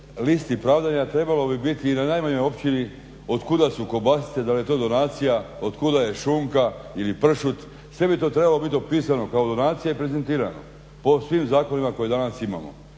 listi pravdanja trebalo bi biti na najmanjoj općini od kuda su kobasice, da li je to donacija, od kuda je šunka ili pršut sve bi to trebalo biti dopisano kao donacija i prezentirano. Po svim zakonima koje danas imamo.